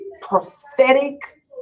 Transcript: prophetic